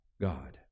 God